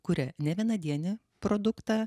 kuria nevienadienį produktą